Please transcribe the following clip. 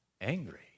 angry